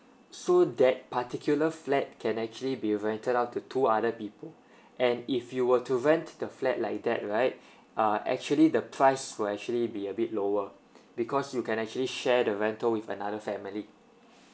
so that particular flat can actually be rented out to two other people and if you were to rent the flat like that right uh actually the price will actually be a bit lower because you can actually share the rental with another family